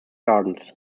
gardens